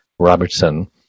Robertson